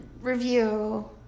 review